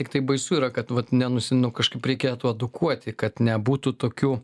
tiktai baisu yra kad vat nenusi nu kažkaip reikėtų edukuoti kad nebūtų tokių